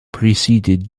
preceded